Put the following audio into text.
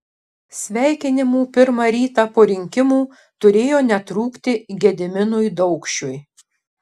sveikinimų pirmą rytą po rinkimų turėjo netrūkti gediminui daukšiui